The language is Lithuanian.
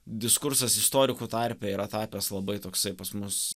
diskursas istorikų tarpe yra tapęs labai toksai pas mus